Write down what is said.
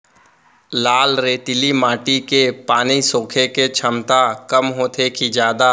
लाल रेतीली माटी के पानी सोखे के क्षमता कम होथे की जादा?